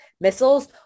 missiles